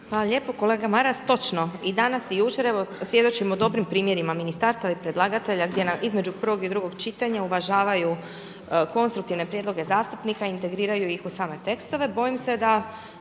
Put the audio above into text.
lijepo. Kolega Maras, točno i danas i jučer evo svjedočimo dobrim primjerima ministarstava i predlagatelja gdje između prvog i drugog čitanja uvažavaju konstruktivne prijedloge zastupnika, integriraju ih u same tekstove,